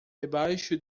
debaixo